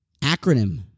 acronym